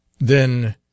Then